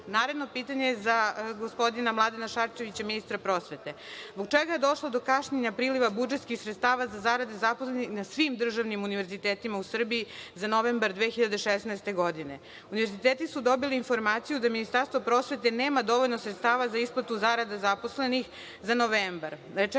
obavlja? Naredno pitanje je za gospodina Mladena Šarčevića, ministra prosvete. Zbog čega je došlo do kašnjenja priliva budžetskih sredstava za zarade zaposlenih na svim državnim univerzitetima u Srbiji za novembar 2016. godine? Univerziteti su dobili informaciju da Ministarstvo prosvete nema dovoljno sredstava za isplatu zarada zaposlenih za novembar.